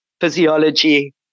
physiology